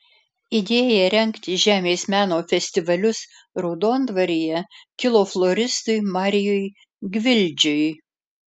idėja rengti žemės meno festivalius raudondvaryje kilo floristui marijui gvildžiui